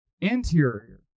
Interior